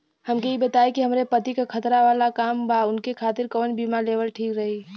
हमके ई बताईं कि हमरे पति क खतरा वाला काम बा ऊनके खातिर कवन बीमा लेवल ठीक रही?